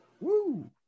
Woo